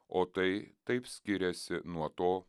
o tai taip skiriasi nuo to